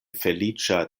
feliĉa